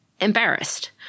embarrassed